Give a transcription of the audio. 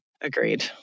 Agreed